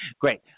great